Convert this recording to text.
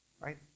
right